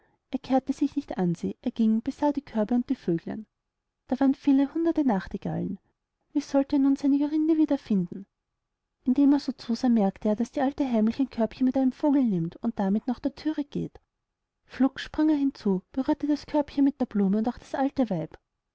er kehrte sich nicht an sie und ging besah die körbe mit den vögeln da waren aber viele hundert nachtigallen wie sollte er nun seine jorinde wieder finden indem er so zusah merkte er daß die alte heimlich ein körbchen mit einem vogel nimmt und damit nach der thüre geht flugs sprang er hinzu berührte das körbchen mit der blume und auch das alte weib